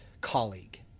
colleague